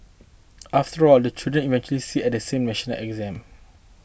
after all the children eventually sit at the same national exam